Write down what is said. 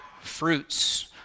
fruits